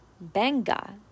benga